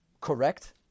correct